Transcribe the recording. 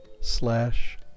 slash